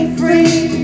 free